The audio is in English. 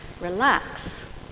relax